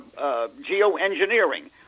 geoengineering